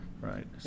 right